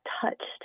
touched